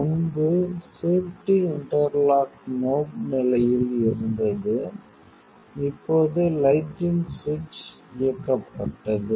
முன்பு safety interlock knob நிலையில் இருந்தது இப்போது லைட்டிங் சுவிட்ச் இயக்கப்பட்டது